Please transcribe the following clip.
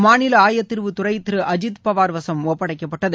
மாநில ஆயத்தீர்வை துறை திரு அஜித் பவார் வசம் ஒப்படைக்கப்பட்டது